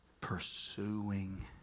pursuing